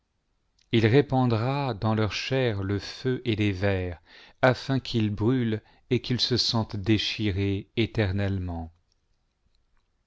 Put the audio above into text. il répandra dans leur chair le feu et les vers afin qu'ils brûlent et qu'ils ge sentent déchirer éternellement